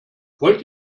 wollt